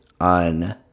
on